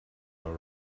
all